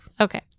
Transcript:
Okay